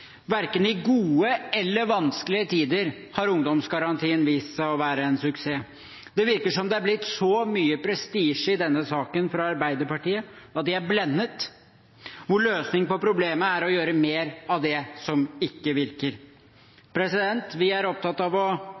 Verken i gode eller i vanskelige tider har ungdomsgarantien vist seg å være en suksess. Det virker som om det har blitt så mye prestisje i denne saken fra Arbeiderpartiet at de er blendet, og løsningen på problemet er å gjøre mer av det som ikke virker. Vi er opptatt av å